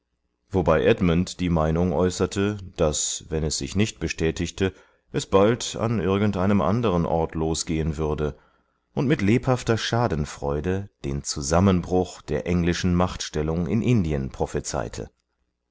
wobei edmund die meinung äußerte daß wenn es sich nicht bestätigte es bald an irgendeinem anderen ort losgehen würde und mit lebhafter schadenfreude den zusammenbruch der englischen machtstellung in indien prophezeite